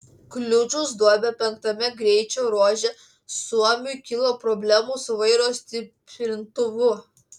kliudžius duobę penktame greičio ruože suomiui kilo problemų su vairo stiprintuvu